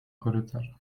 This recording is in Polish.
korytarzem